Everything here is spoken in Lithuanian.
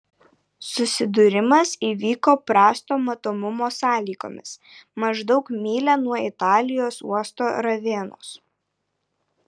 susidūrimas įvyko prasto matomumo sąlygomis maždaug mylia nuo italijos uosto ravenos